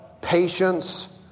patience